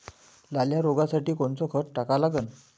लाल्या रोगासाठी कोनचं खत टाका लागन?